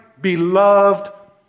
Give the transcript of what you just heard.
beloved